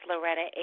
Loretta